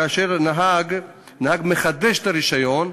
כאשר נהג מחדש את הרישיון,